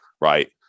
Right